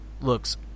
looks